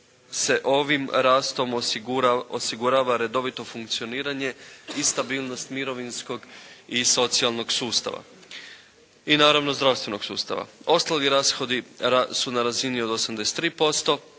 ovim rastom osigurava redovito funkcioniranje i stabilnost mirovinskog i socijalnog sustava i naravno zdravstvenog sustava. Ostali rashodi su na razini od 83%,